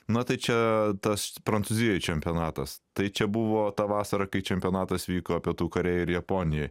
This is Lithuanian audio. na tai čia tas prancūzijoje čempionatas tai čia buvo tą vasarą kai čempionatas vyko pietų korėja ir japonijoje